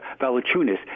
Valachunas